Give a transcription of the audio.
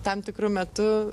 tam tikru metu